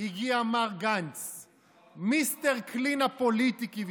הגיע מר גנץ, מיסטר קלין הפוליטי, כביכול.